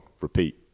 repeat